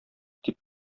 дип